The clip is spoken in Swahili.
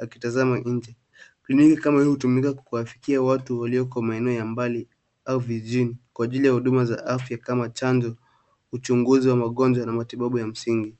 wa kisasa, na imewekwa magurudumu ikionekana kama gari la huduma. Kliniki za aina hii hutumika kuwafikia watu walio maeneo ya mbali au vijijini, kwa ajili ya huduma za afya kama chanjo, uchunguzi wa magonjwa na matibabu ya msingi.